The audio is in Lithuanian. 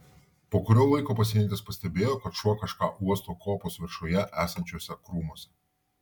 po kurio laiko pasienietis pastebėjo kad šuo kažką uosto kopos viršuje esančiuose krūmuose